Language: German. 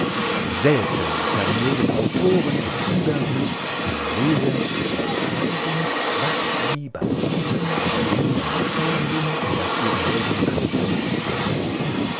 selten vermögen autoren es über sich dem leser zu verschweigen was sie bei diesem oder jenem stadium in das ihre helden treten denken